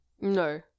No